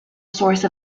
source